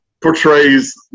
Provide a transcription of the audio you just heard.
portrays